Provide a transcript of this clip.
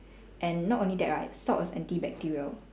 and not only that right salt is anti bacterial